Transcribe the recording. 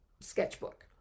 sketchbook